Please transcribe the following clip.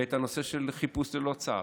את הנושא של חיפוש ללא צו